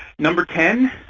number ten,